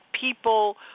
people